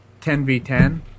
10v10